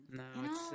no